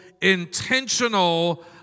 intentional